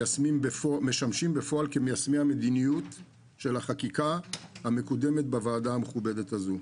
משמשים בפועל כמיישמי המדיניות של החקיקה המקודמת בוועדה המכובדת הזאת.